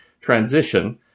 transition